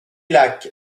lacs